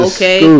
Okay